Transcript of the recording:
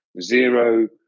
zero